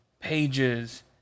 pages